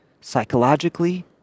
psychologically